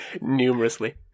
numerously